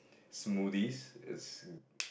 smoothies it's